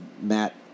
Matt